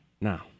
now